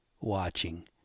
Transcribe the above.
watching